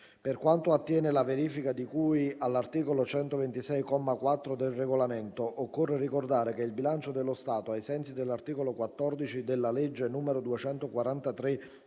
per quanto attiene alla verifica di cui all’articolo 126, comma 4, del Regolamento, occorre ricordare che il bilancio dello Stato, ai sensi dell’articolo 14 della legge n. 243